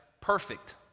Perfect